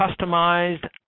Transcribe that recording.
customized